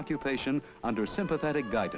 occupation under sympathetic gu